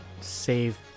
save